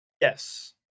Yes